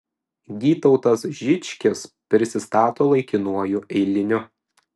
gytautas žičkis prisistato laikinuoju eiliniu